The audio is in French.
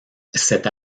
cette